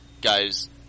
guys